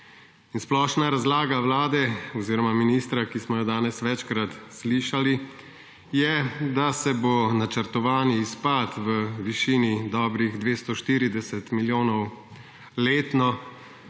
Splošna razlaga Vlade oziroma ministra, ki smo jo danes večkrat slišali, je, da se bo načrtovani izpad v višini dobrih 240 milijonov letno